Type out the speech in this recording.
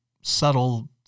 subtle